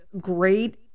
great